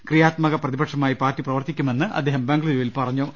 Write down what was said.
ക്രിയാത്മക പ്രതിപക്ഷമായി പാർട്ടി പ്രവർത്തിക്കുമെന്ന് അദ്ദേഹം ബംഗ ളുരുവിൽ അറിയിച്ചു